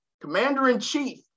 commander-in-chief